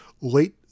late